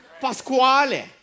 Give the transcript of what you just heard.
pasquale